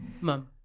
mum